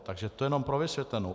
Takže to jenom pro vysvětlenou.